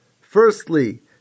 Firstly